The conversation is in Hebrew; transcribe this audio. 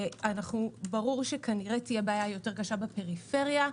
ברור שתהיה בעיה קשה יותר בפריפריה,